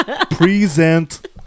present